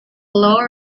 low